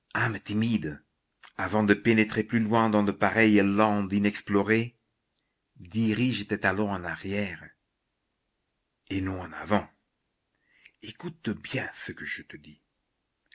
timide avant de pénétrer plus loin dans de pareilles landes inexplorées dirige tes talons en arrière et non en avant écoute bien ce que je te dis